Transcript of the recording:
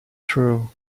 through